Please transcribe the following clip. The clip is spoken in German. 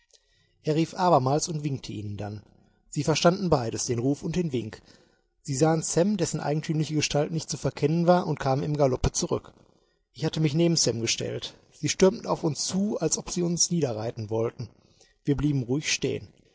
er rief abermals und winkte ihnen dann sie verstanden beides den ruf und den wink sie sahen sam dessen eigentümliche gestalt nicht zu verkennen war und kamen im galoppe zurück ich hatte mich neben sam gestellt sie stürmten auf uns zu als ob sie uns niederreiten wollten wir blieben ruhig stehen